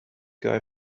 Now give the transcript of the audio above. guy